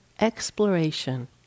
exploration